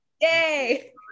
Yay